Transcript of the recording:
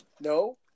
no